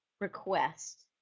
request